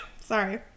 Sorry